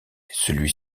celui